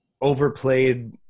overplayed